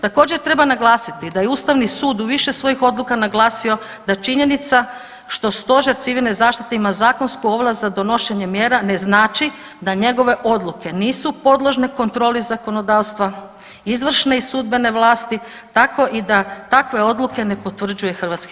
Također treba naglasiti da je Ustavni sud u više svojih odluka naglasio da činjenica što stožer civilne zašite ima zakonsku ovlast za donošenje mjera ne znači da njegove odluke nisu podložne kontroli zakonodavstva, izvršne i sudbene vlasti tako i da takve odluke ne potvrđuje HS.